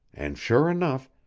and sure enough,